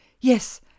yes